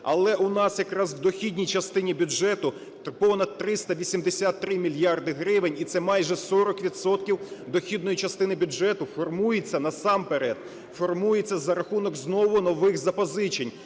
Але у нас якраз в дохідній частині бюджету понад 383 мільярди гривень, і це майже 40 відсотків дохідної частини бюджету формується, насамперед, формується за рахунок знову нових запозичень,